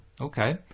okay